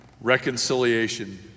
reconciliation